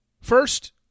First